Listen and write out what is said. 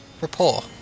rapport